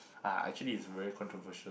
ah actually it's very controversial